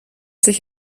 sich